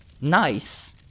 nice